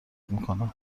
میکنه